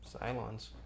Cylons